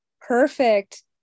Perfect